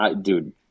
dude